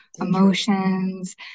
emotions